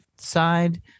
side